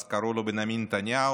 אז קראו לו בנימין נתניהו,